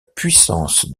puissance